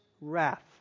wrath